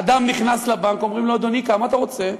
אדם נכנס לבנק, אומרים לו: אדוני, כמה אתה רוצה?